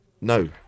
No